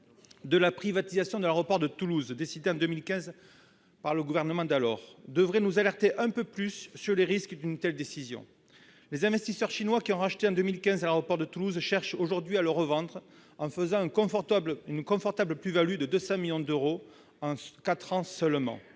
de la privatisation de l'aéroport de Toulouse, décidé en 2015 par le gouvernement d'alors, devrait nous alerter un peu plus sur les risques d'une telle décision. Les investisseurs chinois qui ont racheté en 2015 l'aéroport de Toulouse cherchent aujourd'hui à le revendre, en faisant une confortable plus-value de 200 millions d'euros en quatre ans seulement.